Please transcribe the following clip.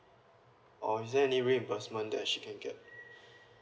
or is there any reimbursement that she can get